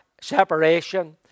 separation